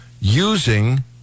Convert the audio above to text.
using